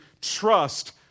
trust